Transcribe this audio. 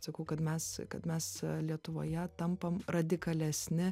sakau kad mes kad mes lietuvoje tampam radikalesni